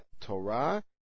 Torah